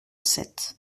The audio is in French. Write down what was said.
sept